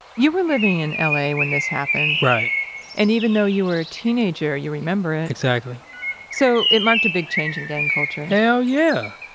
you were living in l a. when this happened right and even though you were a teenager, you remember it exactly so, it marked a big change in gang culture? hell yeah,